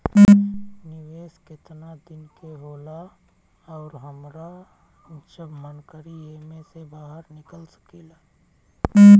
निवेस केतना दिन के होला अउर हमार जब मन करि एमे से बहार निकल सकिला?